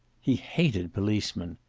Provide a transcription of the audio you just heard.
he hated policemen.